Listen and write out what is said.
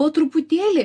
po truputėlį